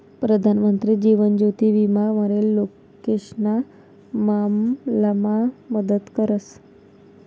प्रधानमंत्री जीवन ज्योति विमा मरेल लोकेशना मामलामा मदत करस